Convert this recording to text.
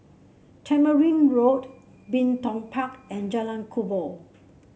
Tamarind Road Bin Tong Park and Jalan Kubor